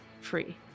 free